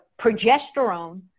progesterone